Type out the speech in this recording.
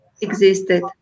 existed